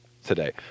today